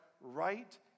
right